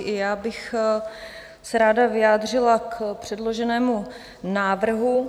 I já bych se ráda vyjádřila k předloženému návrhu.